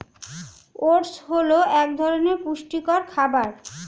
oats হল এক ধরনের পুষ্টিকর খাবার